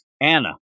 Anna